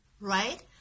right